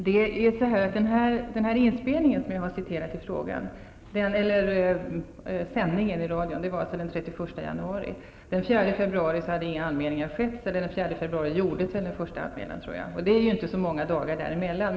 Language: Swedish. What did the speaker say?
Fru talman! De sändningar som jag citerade ur var från den 31 januari. Den 4 februari gjordes den första anmälan tror jag, så det är inte så många dagar där emellan.